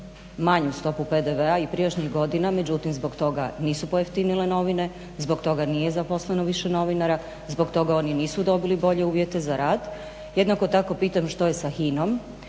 manju stopu PDV-a i prijašnjih godina, međutim zbog toga nisu pojeftinile novine, zbog toga nije zaposleno više novinara, zbog toga oni nisu dobili bolje uvjete za rad. Jednako tako pitam što je sa HINA-om?